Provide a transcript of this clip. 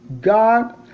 God